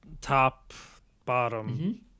top-bottom